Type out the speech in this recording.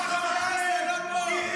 לך לעזאזל.